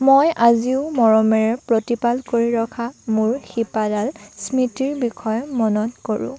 মই আজিও মৰমেৰে প্ৰতিপাল কৰি ৰখা মোৰ শিপাডাল স্মৃতিৰ বিষয়ে মনত কৰোঁ